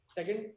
Second